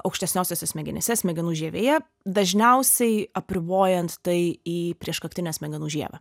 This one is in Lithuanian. aukštesniosiose smegenyse smegenų žievėje dažniausiai apribojant tai į prieškaktinę smegenų žievę